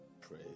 pray